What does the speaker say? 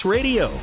Radio